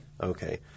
Okay